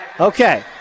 Okay